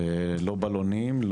לא בלונים,